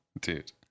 Dude